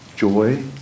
Joy